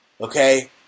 Okay